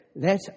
let